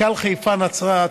רק"ל חיפה נצרת,